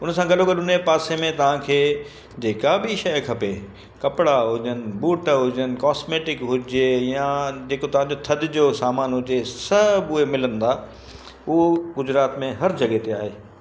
उन सां गॾो गॾु उन जे पासे में तव्हांखे जेका बि शइ खपे कपिड़ा हुजनि बूट हुजनि कॉस्मेटिक हुजे या जेको तव्हांजो थधि जो सामान हुजे सभु उहे मिलंदा हू गुजरात में हर जॻहि ते आहे